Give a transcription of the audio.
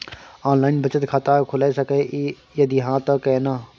Online बचत खाता खुलै सकै इ, यदि हाँ त केना?